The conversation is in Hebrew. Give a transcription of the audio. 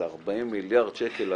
זה 40 מיליארד שקל.